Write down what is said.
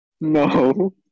No